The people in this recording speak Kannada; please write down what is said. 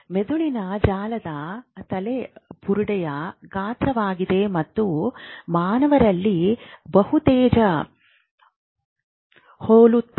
ಮೆದುಳಿನ ಜಾಲವು ತಲೆಬುರುಡೆಯ ಗಾತ್ರವಾಗಿದೆ ಮತ್ತು ಮಾನವರಲ್ಲಿ ಬಹುತೇಕ ಹೋಲುತ್ತದೆ